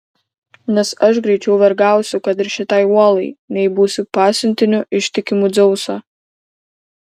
nes aš greičiau vergausiu kad ir šitai uolai nei būsiu pasiuntiniu ištikimu dzeuso